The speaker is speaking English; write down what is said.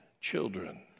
children